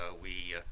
ah we